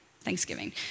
Thanksgiving